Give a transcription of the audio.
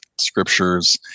scriptures